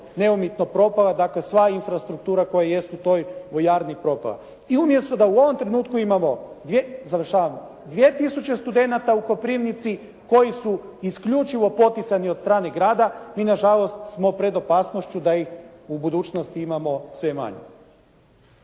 neumitno propala. Dakle, sva infrastruktura koja jest u toj vojarni je propala. I umjesto da u ovom trenutku imamo, završavam, 2000 studenata u Koprivnici koji su isključivo poticani od strane grada, mi na žalost smo pred opasnošću da ih u budućnosti imamo sve manje.